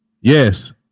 Yes